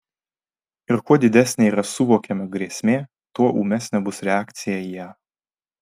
ir kuo didesnė yra suvokiama grėsmė tuo ūmesnė bus reakcija į ją